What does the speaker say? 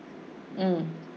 mm